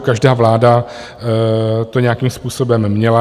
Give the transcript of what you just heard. Každá vláda to nějakým způsobem měla.